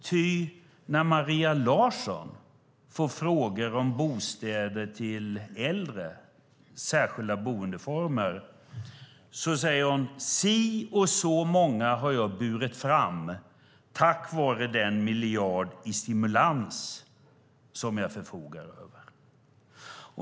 Ty när Maria Larsson får frågor om bostäder till äldre, särskilda boendeformer, säger hon att si och så många har jag burit fram tack vare den miljard i stimulans som jag förfogar över.